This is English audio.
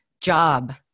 job